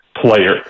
player